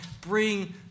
bring